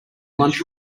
lunch